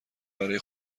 برای